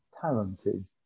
talented